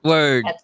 Word